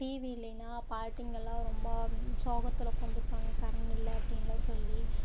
TV இல்லைன்னா பாட்டிங்கள்லாம் ரொம்ப சோகத்தில் உட்காந்துருப்பாங்க கரண்டு இல்லை அப்படின்லாம் சொல்லி